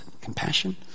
compassion